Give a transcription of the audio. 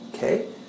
Okay